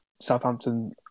Southampton